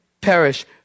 perish